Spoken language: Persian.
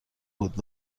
بود